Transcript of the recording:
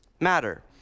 matter